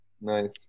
Nice